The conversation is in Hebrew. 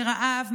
מרעב,